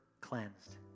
cleansed